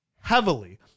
heavily